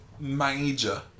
major